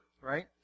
right